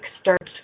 starts